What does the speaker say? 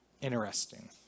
Interesting